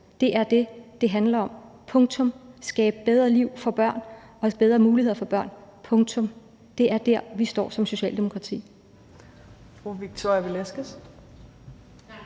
Det er det, det handler om, punktum – skabe bedre liv for børn og bedre muligheder for børn, punktum. Det er der, vi står som Socialdemokrati.